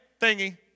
thingy